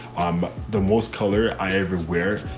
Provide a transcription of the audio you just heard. um, the most color i ever wear.